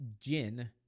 Jin